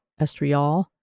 estriol